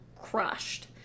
crushed